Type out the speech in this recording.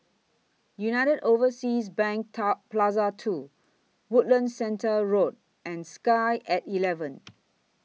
United Overseas Bank Top Plaza two Woodlands Centre Road and Sky At eleven